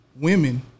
women